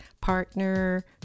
partner